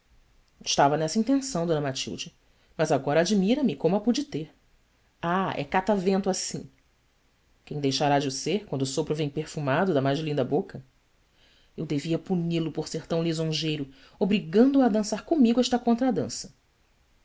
estava nessa intenção d matilde mas agora admira-me como a pude ter h é cata vento assim uem deixará de o ser quando o sopro vem perfumado da mais linda boca u devia puni-lo por ser tão lisonjeiro obrigando-o a dançar comigo esta contradança a